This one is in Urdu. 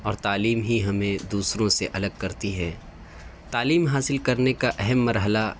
اور تعلیم ہی ہمیں دوسروں سے الگ کرتی ہے تعلیم حاصل کرنے کا اہم مرحلہ